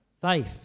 Faith